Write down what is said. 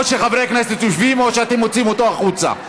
או שחברי הכנסת יושבים או שאתם מוציאים אותם החוצה.